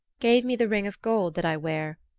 gave me the ring of gold that i wear,